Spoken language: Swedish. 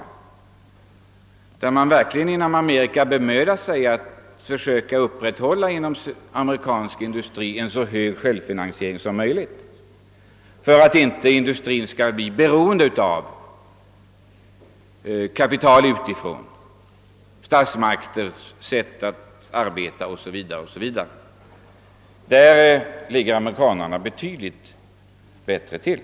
I Amerika bemödar man sig verkligen om att inom industrin försöka upprätthålla en så hög självfinansiering som möjligt för att industrin inte skall bli beroende av kapital utifrån, statsmakters sätt att arbeta är positivare o. s. v. Där ligger amerikanerna betydligt bättre till.